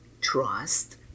trust